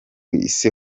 isi